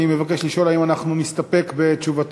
אני מבקש לשאול: האם אנחנו נסתפק בתשובתו